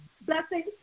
blessing